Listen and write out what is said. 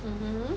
mm